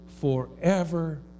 forever